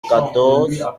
quatorze